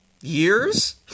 years